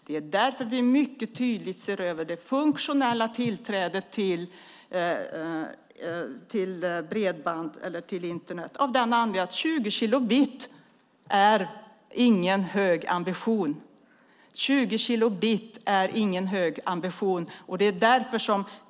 Vi ser mycket tydligt över det funktionella tillträdet till bredband eller till Internet av den anledningen att 20 kilobit inte är någon hög ambition.